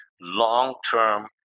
long-term